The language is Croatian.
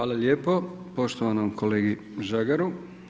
Hvala lijepo poštovanom kolegi Žagaru.